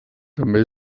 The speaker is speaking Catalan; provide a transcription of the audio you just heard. també